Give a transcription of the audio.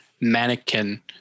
mannequin